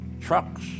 trucks